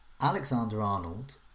Alexander-Arnold